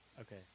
Okay